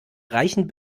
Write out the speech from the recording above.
reichen